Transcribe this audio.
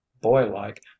boy-like